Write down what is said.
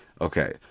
okay